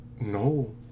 No